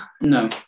No